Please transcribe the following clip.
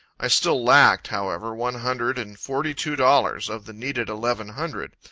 i still lacked, however, one hundred and forty-two dollars of the needed eleven hundred.